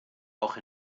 auch